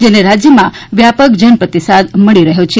જેને રાજ્યમાં વ્યાપાક જનપ્રતિસાદ મળી રહ્યો છે